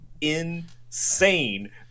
insane